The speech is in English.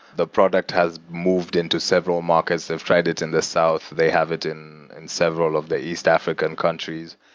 the product has moved into several markets. they've tried it in the south. they have it in and several of the east african countries.